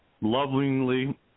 Lovingly